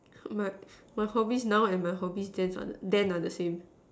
my my hobbies now and my hobbies then are the then are the same